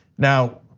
now,